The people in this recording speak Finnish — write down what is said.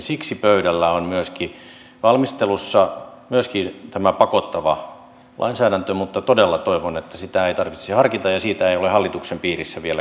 siksi pöydällä on valmistelussa myöskin tämä pakottava lainsäädäntö mutta todella toivon että sitä ei tarvitsisi harkita ja siitä ei ole hallituksen piirissä vielä keskusteltu